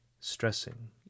stressing